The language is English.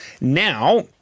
now